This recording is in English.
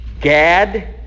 Gad